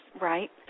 Right